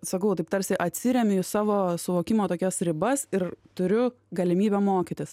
sakau taip tarsi atsiremiu į savo suvokimo tokias ribas ir turiu galimybę mokytis